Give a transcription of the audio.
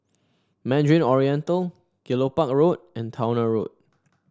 Mandarin Oriental Kelopak Road and Towner Road